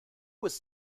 was